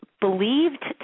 believed